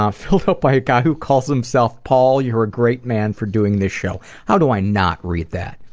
ah filled out by a guy who calls himself paul, you're a great man for doing this show. how do i not read that?